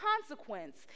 consequence